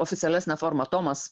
oficialesnę formą tomas